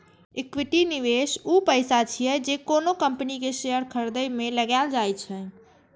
equity निवेश ऊ पैसा छियै, जे कोनो कंपनी के शेयर खरीदे मे लगाएल जाइ छै